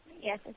Yes